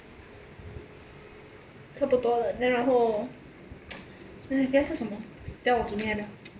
差不多了 then 然后 等下吃什么等下我煮面啊